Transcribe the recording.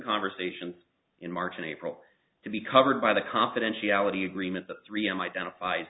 conversations in march and april to be covered by the confidentiality agreement the three m identified